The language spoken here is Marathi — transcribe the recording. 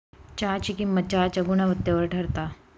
चहाची किंमत चहाच्या गुणवत्तेवर ठरता